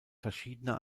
verschiedener